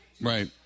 Right